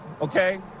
Okay